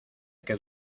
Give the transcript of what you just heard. que